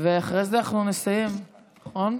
ואחרי זה אנחנו נסיים, נכון?